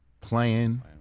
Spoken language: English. Playing